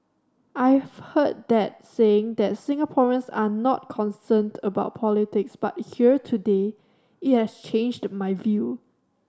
I've heard the saying that Singaporeans are not concerned about politics but here today it has changed my view